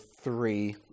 three